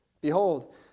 Behold